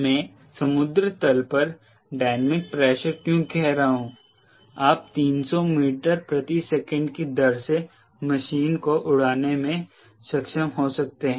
मैं समुद्र तल पर डायनामिक प्रेशर क्यों कह रहा हूं आप 300 मीटर प्रति सेकंड की दर से मशीन को उड़ाने में सक्षम हो सकते हैं